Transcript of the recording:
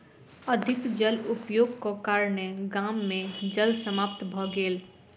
अधिक जल उपयोगक कारणेँ गाम मे जल समाप्त भ गेल